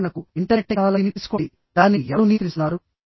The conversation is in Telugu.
ఉదాహరణకు ఇంటర్నెట్ టెక్నాలజీని తీసుకోండి దానిని ఎవరు నియంత్రిస్తున్నారు